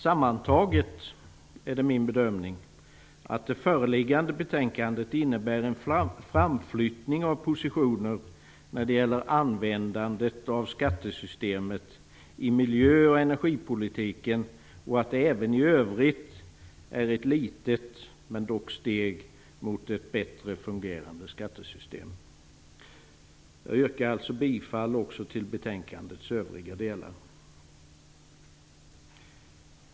Sammantaget är det min bedömning att det föreliggande betänkandet innebär en framflyttning av positionerna när det gäller användandet av skattesystemet i miljö och energipolitiken och att det även i övrigt är ett litet men dock steg mot ett bättre fungerande skattesystem. Jag yrkar alltså bifall även till övriga delar i utskottets hemställan.